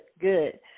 good